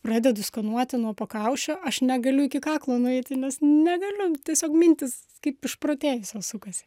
pradedu skanuoti nuo pakaušio aš negaliu iki kaklo nueiti nes negaliu tiesiog mintys kaip išprotėjusios sukasi